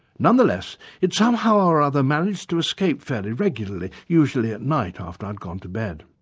nonetheless it somehow or other managed to escape fairly regularly, usually at night after i'd gone to bed.